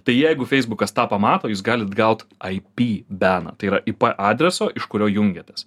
tai jeigu feisbukas tą pamato jūs galit gauti ip beną tai yra ip adreso iš kurio jungiatės